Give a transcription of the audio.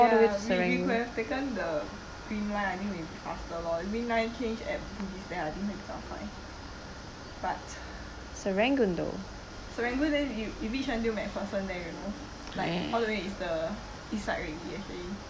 ya we we could have taken the green line I think it would have been faster lor green line change at bugis then I think 会比较快 but serangoon then then it reach until macpherson there you know like all the way is the east side already actually